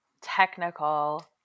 technical